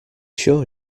sure